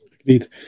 Agreed